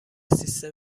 سیستم